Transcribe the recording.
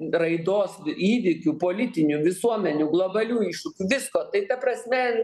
raidos įvykių politinių visuomenių globalių iššūkių visko ta prasme